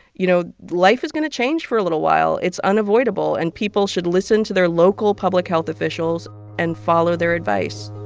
you know, life is going to change for a little while. it's unavoidable. and people should listen to their local public health officials and follow their advice